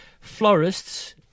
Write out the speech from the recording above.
florists